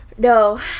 No